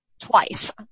twice